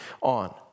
on